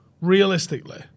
realistically